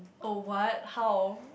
oh what how